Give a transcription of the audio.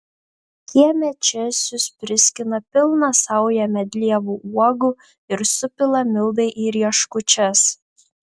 kieme česius priskina pilną saują medlievų uogų ir supila mildai į rieškučias